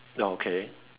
okay